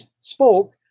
spoke